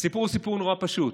הסיפור הוא סיפור נורא פשוט: